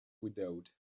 widowed